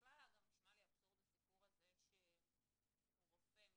בכלל נשמע לי אבסורד הסיפור הזה שרופא מקצועי,